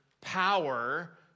power